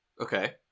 Okay